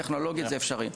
טכנולוגית זה אפשרי.